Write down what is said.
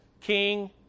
King